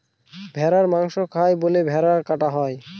ভেড়ার মাংস খায় বলে ভেড়া কাটা হয়